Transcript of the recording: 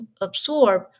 absorb